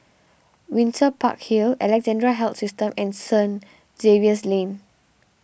Windsor Park Hill Alexandra Health System and St Xavier's Lane